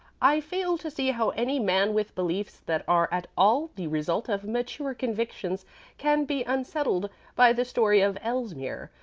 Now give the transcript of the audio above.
i fail to see how any man with beliefs that are at all the result of mature convictions can be unsettled by the story of elsmere.